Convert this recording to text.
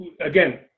again